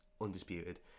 undisputed